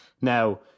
now